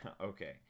Okay